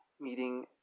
meeting